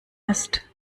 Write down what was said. ist